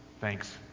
Thanks